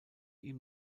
ihm